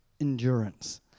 endurance